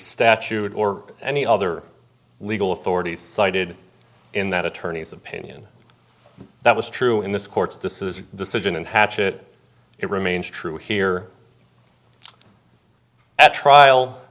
statute or any other legal authorities cited in that attorney's opinion that was true in this court's disses decision and hatchett it remains true here at trial